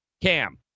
Cam